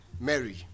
mary